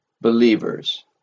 believers